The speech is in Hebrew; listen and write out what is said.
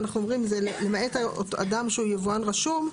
ואנחנו אומרים למעט אדם שהוא יבואן רשום,